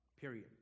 period